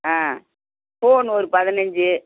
ஆ phone ஒரு பதனஞ்சு